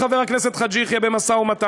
מעוניינים, חבר הכנסת חאג' יחיא, במשא-ומתן.